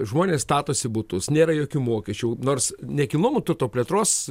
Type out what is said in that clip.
žmonės statosi butus nėra jokių mokesčių nors nekilnojamojo turto plėtros